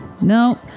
no